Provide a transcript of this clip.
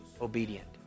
obedient